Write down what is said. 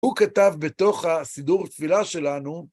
הוא כתב בתוך הסידור תפילה שלנו,